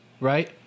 right